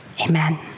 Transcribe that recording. Amen